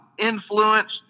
influence